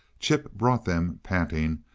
chip brought them, panting,